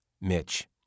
Mitch